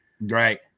Right